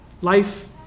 life